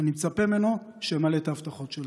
אני מצפה ממנו שימלא את ההבטחות שלו.